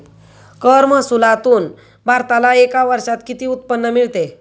कर महसुलातून भारताला एका वर्षात किती उत्पन्न मिळते?